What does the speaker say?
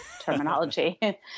terminology